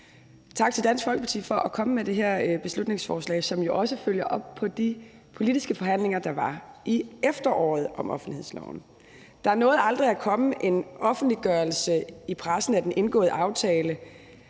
Tak til Dansk Folkeparti for at komme med det her beslutningsforslag, som jo også følger op på de politiske forhandlinger, der var i efteråret om offentlighedsloven. Der nåede aldrig at komme en offentliggørelse i pressen af den indgåede aftale,